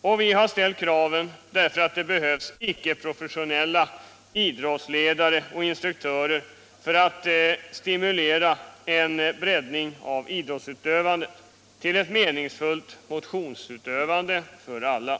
och vi har ställt kraven därför att det behövs icke-professionella idrottsledare och instruktörer för att stimulera en breddning av idrottsutövandet till ett meningsfullt motionsutövande för alla.